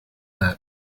that